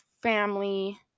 family